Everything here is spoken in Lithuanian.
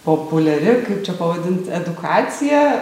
populiari kaip čia pavadint edukacija